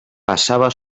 passava